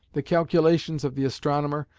the calculations of the astronomer,